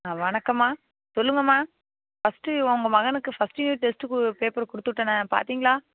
வணக்கம்மா சொல்லுங்கம்மா ஃபஸ்ட்டு உங்கள் மகனுக்கு ஃபஸ்ட்டு இயர் டெஸ்ட்டு கு பேப்பர் கொடுத்துவிட்டனே பார்த்திங்களா